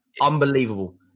unbelievable